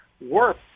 worse